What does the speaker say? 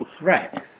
Right